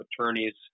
attorneys